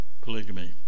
Polygamy